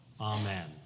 amen